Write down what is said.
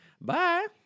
Bye